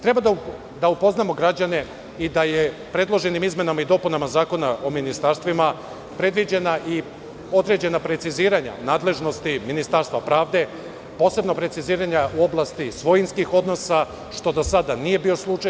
Treba da upoznamo građane i da je predloženim izmenama i dopunama Zakona o ministarstvima predviđena i određena preciziranja nadležnosti Ministarstva pravde, posebno preciziranja u oblasti svojinskih odnosa, što do sada nije bio slučaj.